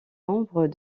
membres